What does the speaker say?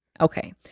okay